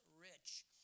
rich